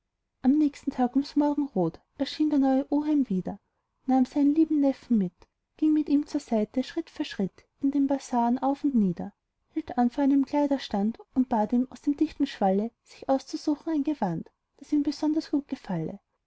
am nächsten tag ums morgenrot erschien der neue oheim wieder nahm seinen lieben neffen mit ging ihm zur seite schritt für schritt in den bazaren auf und nieder hielt an vor einem kleiderstand und bat ihn aus dem dichten schwalle sich auszusuchen ein gewand das ihm besonders gut gefalle